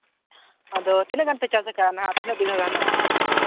ᱟᱫᱚ ᱛᱤᱱᱟᱹᱜ ᱜᱟᱱ ᱯᱮ ᱪᱟᱥ ᱠᱟᱱᱟ ᱦᱟᱸᱜ ᱛᱤᱱᱟᱹᱜ ᱵᱤᱜᱷᱟᱹ ᱜᱟᱱ